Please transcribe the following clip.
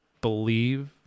believe